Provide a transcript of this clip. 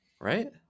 right